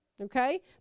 okay